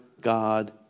God